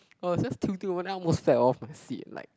I was just tilting over then I almost fell off my seat like